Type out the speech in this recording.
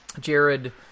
Jared